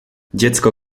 dziecko